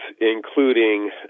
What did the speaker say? including